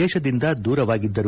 ದೇಶದಿಂದ ದೂರವಾಗಿದ್ದರು